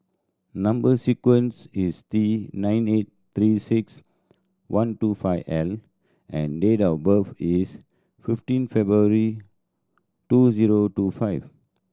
number sequence is T nine eight Three Six One two five L and date of birth is fifteen February two zero two five